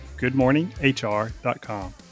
GoodMorningHR.com